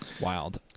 wild